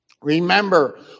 Remember